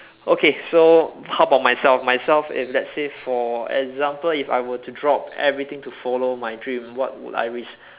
okay so how about myself myself in let's say for example if I were to drop everything to follow my dream what would I risk